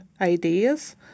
ideas